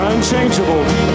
Unchangeable